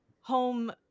home